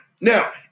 Now